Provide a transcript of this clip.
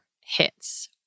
hits